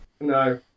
No